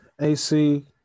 AC